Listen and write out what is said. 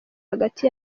hagati